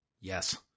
Yes